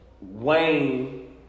Wayne